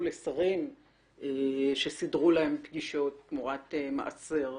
נגישות לשרים שסדרו להם פגישות תמורת מעשר.